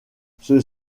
ceux